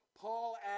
Paul